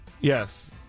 Yes